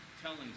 Telling